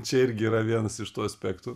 čia irgi yra vienas iš tų aspektų